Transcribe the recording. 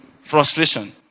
frustration